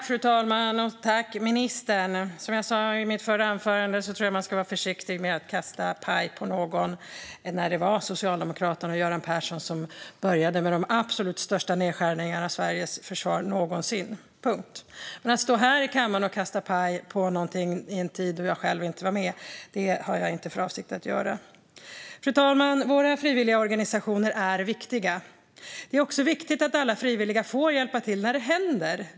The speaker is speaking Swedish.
Fru talman! Som jag sa i mitt förra anförande tror jag att man ska vara försiktig med att kasta paj på någon. Det var Socialdemokraterna och Göran Persson som började med de absolut största nedskärningarna av Sveriges försvar någonsin. Att stå här i kammaren och kasta paj på någonting som hände i en tid då jag själv inte var med har jag inte för avsikt att göra. Fru talman! Våra frivilligorganisationer är viktiga. Det är också viktigt att alla frivilliga får hjälpa till när det händer.